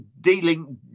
dealing